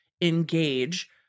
engage